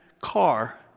car